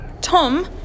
Tom